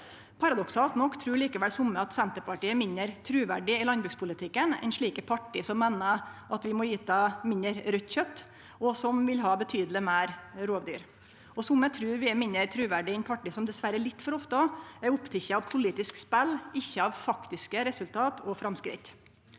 Paradoksalt nok trur likevel somme at Senterpartiet er mindre truverdige i landbrukspolitikken enn slike parti som meiner at vi må ete mindre raudt kjøtt, og som vil ha betydeleg meir rovdyr. Somme trur òg vi er mindre truverdige enn parti som dessverre litt for ofte er opptekne av politisk spel, ikkje av faktiske resultat og framsteg.